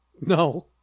No